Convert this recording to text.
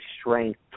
strength